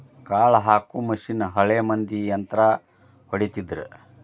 ಕಾಳ ಹಾಕು ಮಿಷನ್ ಹಳೆ ಮಂದಿ ಯಂತ್ರಾ ಹೊಡಿತಿದ್ರ